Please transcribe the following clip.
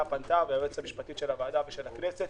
פנתה והיועצת המשפטית של הוועדה ושל הכנסת